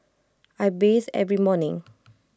I bathe every morning